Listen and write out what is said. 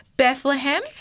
Bethlehem